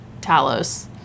Talos